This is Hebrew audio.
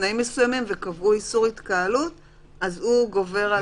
בתנאים מסוימים וקבעו איסור התקהלות הוא גובר.